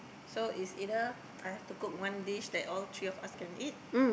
so it's either I've to cook one dish that all three of us can eat